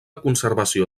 conservació